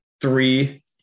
three